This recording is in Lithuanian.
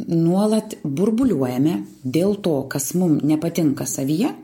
nuolat burbuliuojame dėl to kas mum nepatinka savyje